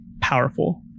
powerful